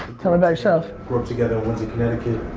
tell me about yourself. grew up together, went to connecticut.